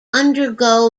undergo